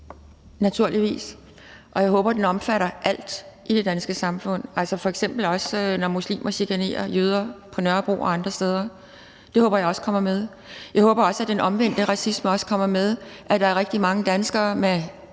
naturligvis. Og jeg håber, at det omfatter alt i det danske samfund, altså f.eks. også, når muslimer chikanerer jøder på Nørrebro og andre steder – det håber jeg også kommer med. Jeg håber også, at den omvendte racisme kommer med, altså at det, at rigtig mange danskere med